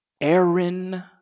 Aaron